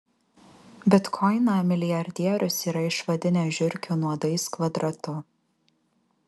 bitkoiną milijardierius yra išvadinęs žiurkių nuodais kvadratu